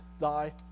thy